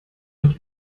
doch